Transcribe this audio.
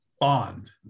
bond